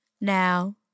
Now